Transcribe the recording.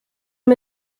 amb